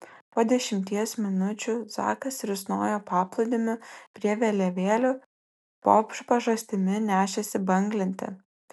po dešimties minučių zakas risnojo paplūdimiu prie vėliavėlių po pažastimi nešėsi banglentę